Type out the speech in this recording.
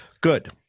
Good